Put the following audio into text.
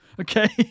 Okay